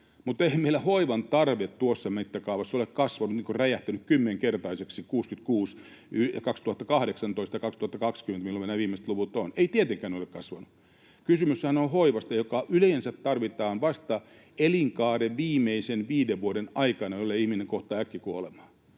mutta eihän meillä hoivan tarve tuossa mittakaavassa ole kasvanut, räjähtänyt kymmenkertaiseksi vuodesta 66 vuoteen 2018 tai 2020, joilta nämä viimeiset luvut ovat — ei tietenkään ole kasvanut. Kysymyshän on hoivasta, joka yleensä tarvitaan vasta elinkaaren viimeisen viiden vuoden aikana, jollei ihminen kohtaa äkkikuolemaa,